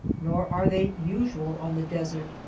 nor are they usual on the desert,